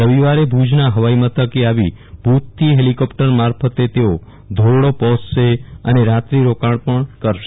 રવિવારે ભુજના હવાઈ મથકે આવી ભુજથી હેલી કોપ્ટર મારફતે તેઓ ધોરડો પહોંચશે અને રાત્ર રોકાણ પણ કરશે